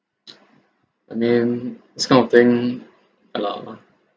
and then this kind of thing ya lah